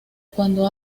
cuando